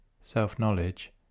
Self-Knowledge